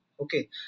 okay